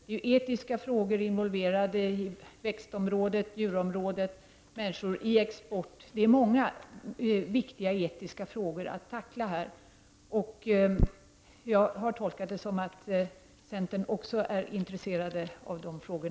Det är etiska frågor involverade i växtoch djurområdet samt människor i export. Det är många viktiga etiska frågor att tackla här. Jag har tolkat det som att också centern är intresserad av dessa frågor.